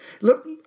Look